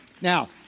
Now